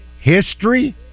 history